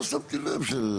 לא שמתי לב.